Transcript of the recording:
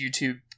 YouTube